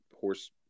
horse